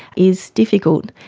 is difficult.